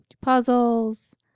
puzzles